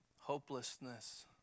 hopelessness